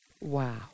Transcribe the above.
wow